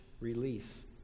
release